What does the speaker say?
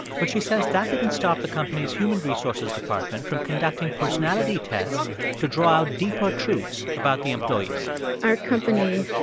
but she says that didn't stop the company's human resources department from conducting personality tests to draw out deeper truths about the employees our company,